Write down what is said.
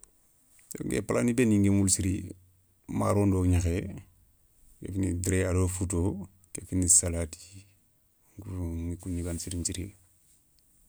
Nké pla ni béni ngui moule siri maro ndo gnékhé, ni déré ado fouto, kéfini salati, ηa kou gnigana sirin nthiri.